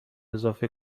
اضافه